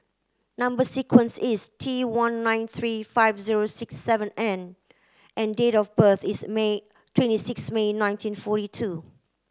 number sequence is T one nine three five zero six seven N and date of birth is May twenty six May nineteen forty two